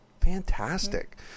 Fantastic